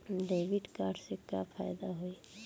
Debit card से का फायदा होई?